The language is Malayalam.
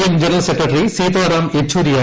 M general secretary Sitaram Yechury P